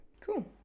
Cool